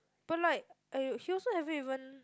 but like eh he also haven't even